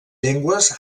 llengües